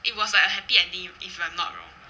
it was like a happy ending if I'm not wrong